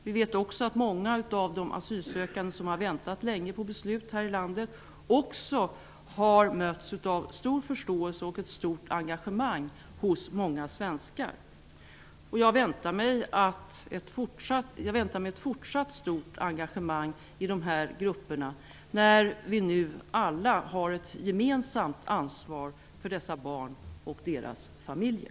Vi vet att många av de asylsökande som har väntat länge på beslut här i landet också har mötts av stor förståelse och ett stort engagemang hos många svenskar. Jag väntar mig ett fortsatt stort engagemang för dessa grupper när vi nu alla har ett gemensamt ansvar för dessa barn och deras familjer.